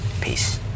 Peace